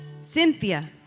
Cynthia